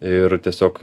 ir tiesiog